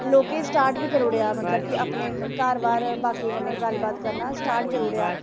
लोकें स्टार्ट बी करी ओड़ेआ मतलब कि अपने घार बाह्र बाकियें कन्नै गल्ल बात करना स्टार्ट करी ओड़ेआ